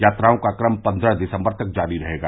यात्राओं का क्रम पन्द्रह दिसम्बर तक जारी रहेगा